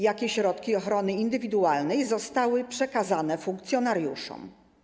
Jakie środki ochrony indywidualnej zostały przekazane funkcjonariuszom?